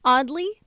Oddly